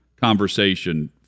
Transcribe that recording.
conversation